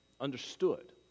understood